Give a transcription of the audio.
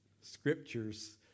scriptures